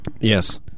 Yes